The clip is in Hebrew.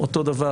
אותו דבר.